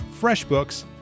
FreshBooks